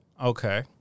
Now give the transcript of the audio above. Okay